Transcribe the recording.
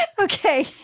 Okay